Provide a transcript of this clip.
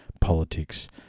politics